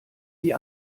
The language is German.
die